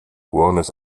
buenos